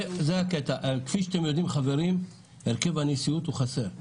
כפי שאתם יודעים, חברים, הרכב הנשיאות הוא חסר,